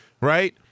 right